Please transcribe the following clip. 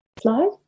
Slide